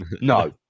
no